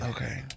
Okay